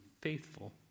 faithful